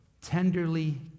tenderly